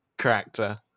character